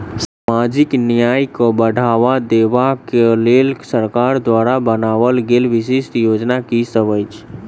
सामाजिक न्याय केँ बढ़ाबा देबा केँ लेल सरकार द्वारा बनावल गेल विशिष्ट योजना की सब अछि?